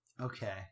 Okay